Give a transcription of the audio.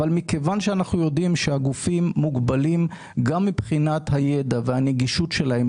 מכיוון שאנחנו יודעים שהגופים מוגבלים גם מבחינת הידע והנגישות שלהם,